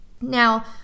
now